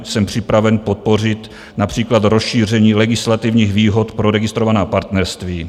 Jsem připraven podpořit například rozšíření legislativních výhod pro registrovaná partnerství.